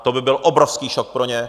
To by byl obrovský šok pro ně.